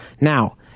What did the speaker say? Now